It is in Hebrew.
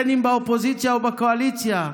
אם באופוזיציה ואם בקואליציה.